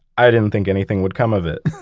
i didn't think anything would come of it.